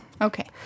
okay